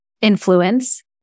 influence